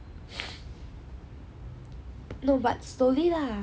no but slowly lah